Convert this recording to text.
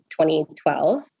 2012